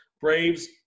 braves